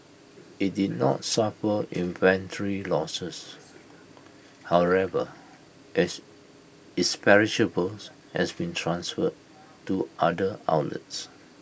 IT did not suffer inventory losses however as its perishables has been transferred to other outlets